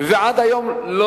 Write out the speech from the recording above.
ועד היום לא